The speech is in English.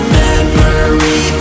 memory